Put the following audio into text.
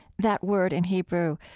that word in hebrew